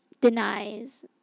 denies